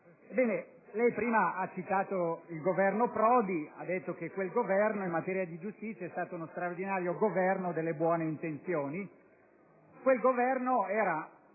Lei prima ha citato il Governo Prodi, dicendo che in termini di giustizia è stato uno straordinario Governo delle buone intenzioni.